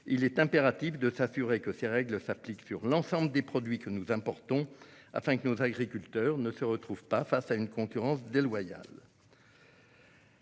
Il est impératif de s'assurer que ces règles s'appliquent sur l'ensemble des produits que nous importons, afin que nos agriculteurs ne se retrouvent pas face à une concurrence déloyale.